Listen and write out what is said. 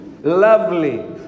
Lovely